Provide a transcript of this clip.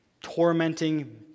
tormenting